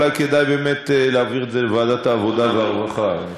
אולי כדאי באמת להעביר את זה לוועדת העבודה והרווחה.